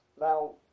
Now